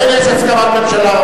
לכן יש הסכמת ממשלה.